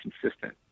consistent